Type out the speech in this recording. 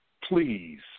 please